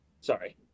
Sorry